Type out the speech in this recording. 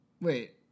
wait